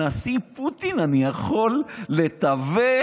הנשיא פוטין, אני יכול לתווך?